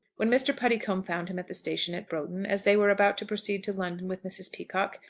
when mr. puddicombe found him at the station at broughton as they were about to proceed to london with mrs. peacocke,